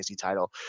title